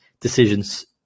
decisions